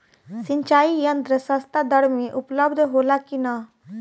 सिंचाई यंत्र सस्ता दर में उपलब्ध होला कि न?